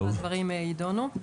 הדברים יידונו.